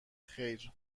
خیر